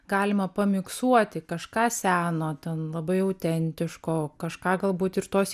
galima pamiksuoti kažką seno ten labai autentiško kažką galbūt ir tos